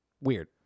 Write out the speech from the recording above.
Weird